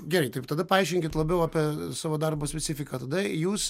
gerai taip tada paaiškinkit labiau apie savo darbo specifiką tada jūs